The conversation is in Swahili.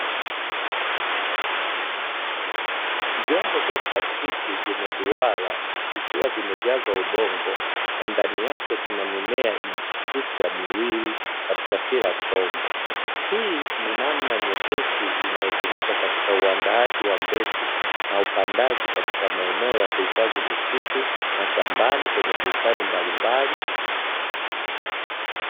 Vyombo vya plastiki vyenye duara vikiwa vimejazwa udongo na ndani yake kuna mimea imechipushwa miwili katika kila chombo. Hii ni namna nyepesi inayotumika katika uandaaji wa mbegu na upandaji katika maeneo ya kuhifadhi misitu, mashambani, kwenye bustani mbalimbali..